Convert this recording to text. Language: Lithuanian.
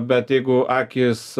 bet jeigu akys